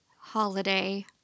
holiday